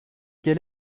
quel